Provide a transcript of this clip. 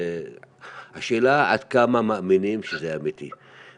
השאלה עד כמה מאמינים שזה אמיתי.